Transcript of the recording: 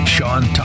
Sean